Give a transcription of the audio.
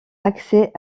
accès